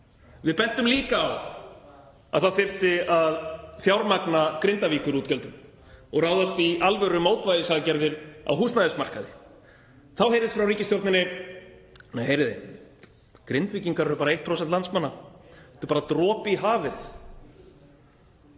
Við bentum líka á að það þyrfti að fjármagna Grindavíkurútgjöldin og ráðast í alvörumótvægisaðgerðir á húsnæðismarkaði. Þá heyrðist frá ríkisstjórninni: Nei, heyrið þið, Grindvíkingar eru bara 1% landsmanna. Þetta er bara dropi í hafið.